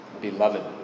beloved